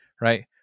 right